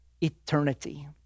eternity